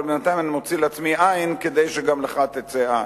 אבל בינתיים אני מוציא לעצמי עין כדי שגם לך תצא עין".